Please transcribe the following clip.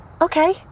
Okay